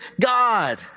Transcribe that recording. God